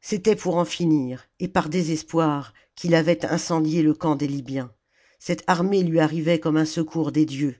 c'était pour en finir et par désespoir qu'il avait incendié le camp des libyens cette armée lui arrivait comme un secours des dieux